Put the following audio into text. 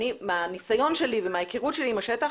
מהניסיון שלי ומההיכרות שלי עם השטח